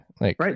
Right